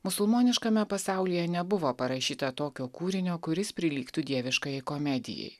musulmoniškame pasaulyje nebuvo parašyta tokio kūrinio kuris prilygtų dieviškajai komedijai